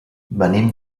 venim